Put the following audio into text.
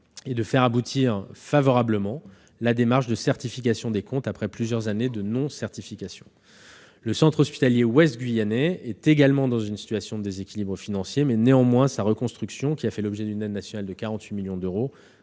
et de faire aboutir favorablement la démarche de certification des comptes, après plusieurs années de non-certification. Le centre hospitalier ouest-guyanais est également dans une situation de déséquilibre financier, mais sa reconstruction, qui a bénéficié d'une aide nationale de 48 millions d'euros,